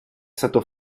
stato